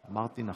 אמרתי נכון?